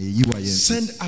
Send